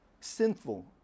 sinful